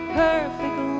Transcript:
perfect